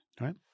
right